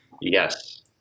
Yes